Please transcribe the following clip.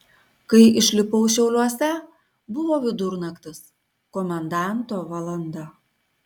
kai išlipau šiauliuose buvo vidurnaktis komendanto valanda